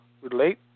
relate